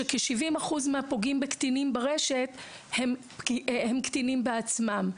ש-70% מהפוגעים בקטינים ברשת הם קטינים בעצמם.